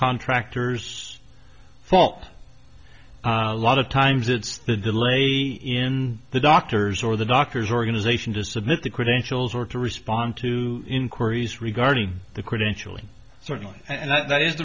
contractors fault a lot of times it's the delay in the doctors or the doctors organization to submit the credentials or to respond to inquiries regarding the credentialing certainly and that is